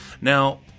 now